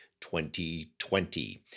2020